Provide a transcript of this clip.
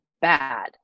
bad